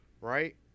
right